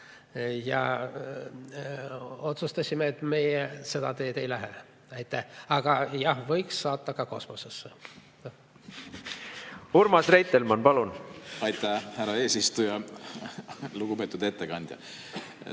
me otsustasime, et meie seda teed ei lähe. Aga jah, võiks saata ka kosmosesse. Urmas Reitelmann, palun! Aitäh, härra eesistuja! Lugupeetud ettekandja!